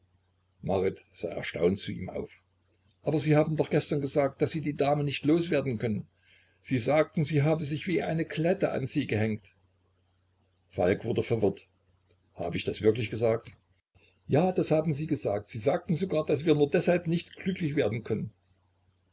sah erstaunt zu ihm auf aber sie haben doch gestern gesagt daß sie die dame nicht los werden können sie sagten sie habe sich wie eine klette an sie gehängt falk wurde verwirrt hab ich das wirklich gesagt ja das haben sie gesagt sie sagten sogar daß wir nur deshalb nicht glücklich werden können